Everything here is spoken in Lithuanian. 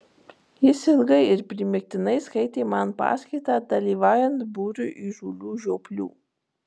jis ilgai ir primygtinai skaitė man paskaitą dalyvaujant būriui įžūlių žioplių